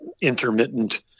intermittent